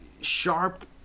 sharp